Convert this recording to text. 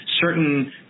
certain